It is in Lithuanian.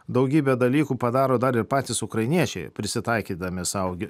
daugybę dalykų padaro dar ir patys ukrainiečiai prisitaikydami sau gi